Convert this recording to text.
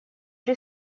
при